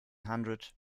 hundred